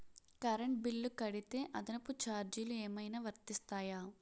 Current bill కడితే అదనపు ఛార్జీలు ఏమైనా వర్తిస్తాయా?